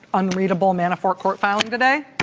unreadable manafort court filing today,